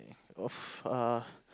of err